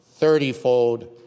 thirtyfold